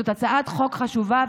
זאת הצעת חוק חשובה,